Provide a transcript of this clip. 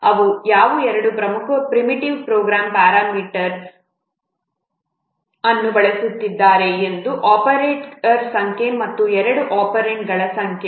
ಅವರು ಯಾವ ಎರಡು ಪ್ರಮುಖ ಪ್ರಿಮಿಟಿವ್ ಪ್ರೋಗ್ರಾಮ್ ಪ್ಯಾರಾಮೀಟರ್ ಅನ್ನು ಬಳಸಿದ್ದಾರೆ ಒಂದು ಆಪರೇಟರ್ಗಳ ಸಂಖ್ಯೆ ಮತ್ತು ಎರಡು ಒಪೆರಾಂಡ್ಗಳ ಸಂಖ್ಯೆ